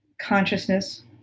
consciousness